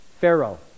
Pharaoh